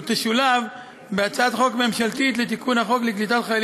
ותשולב בהצעת חוק ממשלתית לתיקון חוק קליטת חיילים